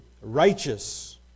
righteous